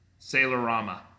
Sailorama